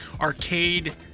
Arcade